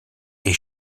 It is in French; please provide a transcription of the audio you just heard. est